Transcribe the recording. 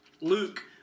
Luke